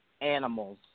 animals